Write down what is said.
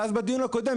בדיון הקודם,